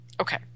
Okay